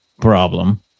problem